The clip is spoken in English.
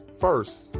first